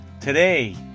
today